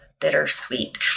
bittersweet